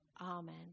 Amen